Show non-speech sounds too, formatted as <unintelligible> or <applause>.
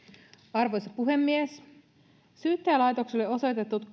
arvoisa puhemies syyttäjälaitokselle osoitetut <unintelligible>